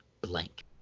blank